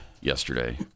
yesterday